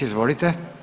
Izvolite.